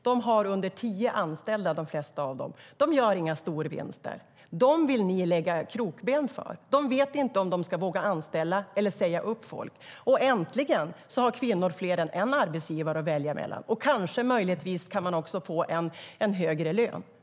De flesta företag har färre än tio anställda. De gör inga storvinster. För dem vill ni lägga krokben. De vet inte om de ska våga anställa eller om de ska säga upp folk. Äntligen har kvinnor fler än en arbetsgivare att välja mellan, och kanske möjligtvis kan de få högre lön.